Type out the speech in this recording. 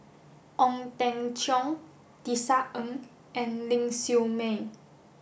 Ong Teng Cheong Tisa Ng and Ling Siew May